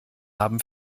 haben